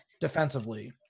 defensively